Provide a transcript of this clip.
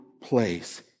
place